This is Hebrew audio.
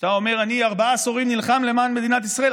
ואתה אומר שאתה ארבעה עשורים נלחם למען מדינת ישראל,